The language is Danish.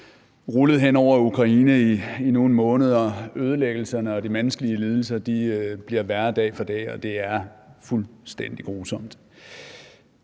rullet hen over Ukraine i nogle måneder, ødelæggelserne og de menneskelige lidelser bliver værre dag for sag, og det er fuldstændig grusomt.